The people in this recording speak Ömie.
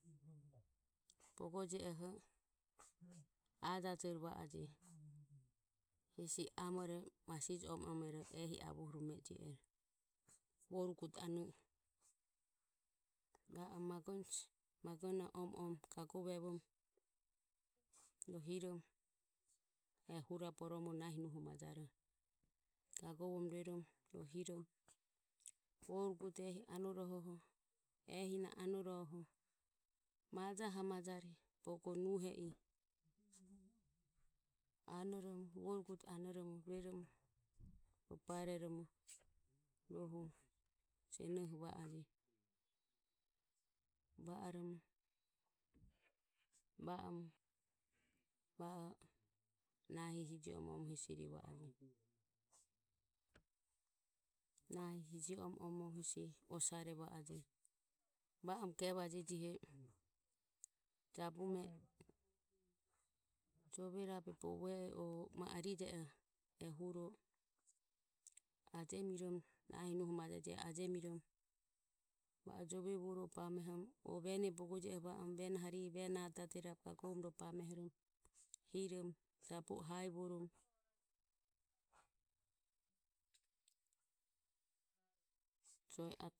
Bogo jie oho ajajore va ajeje isi amore ae masijo omo omero ehi avohorome eje ero; vorugude ano I va oromo magonsie magonaho omomo gagovevoromo ro hiromo e hurae boromore nahi mue vajarueje. Gagoevoromo ro hiromo vorugude anoroho ehi anoroho majaho majare bogo nu he i anorom vorugude anoromo ruerom abareromo ro hu senoho va a jeje va o romo va om va o nahi hijo omomo hesirire va e jeje. nahi hiji omom hesi osare va a jeje. Va romo gevajeji jabume jove rabe bogo vue oho ma arije oho e huro ajemiromo nahi nuho majae jie eho rova o jove vuo ro bameheromo vene bogo jie e vene harihe veni ade ade rabe gagovoromo ro bamehoromo hiromo jabu o hae vuoromo joe atoromo.